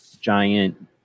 giant